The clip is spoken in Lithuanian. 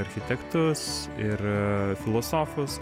architektus ir filosofus